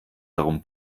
darum